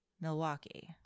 Milwaukee